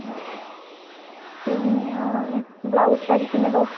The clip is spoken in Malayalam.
ആ പിന്നെ വന്ന് ബ്ലൗസ് അടിക്കുന്നതോ